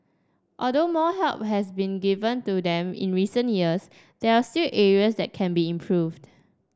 although more help has been given to them in recent years there are still areas that can be improved